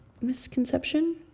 misconception